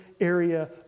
area